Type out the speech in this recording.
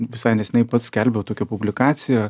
visai neseniai pats skelbiau tokią publikaciją